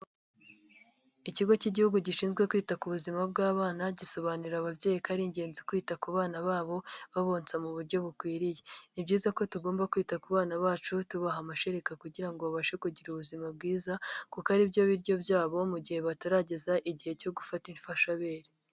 Ikigo cy'igihugu gishinzwe kwita ku buzima bw'abana, gisobanurira ababyeyi ko ari ingenzi kwita ku bana babo babonsa mu buryo bukwiriye, ni byiza ko tugomba kwita ku bana bacu tubaha amashereka kugira ngo babashe kugira ubuzima bwiza, kuko aribyo biryo byabo mu gihe batarageza igihe cyo gufata imfashabere.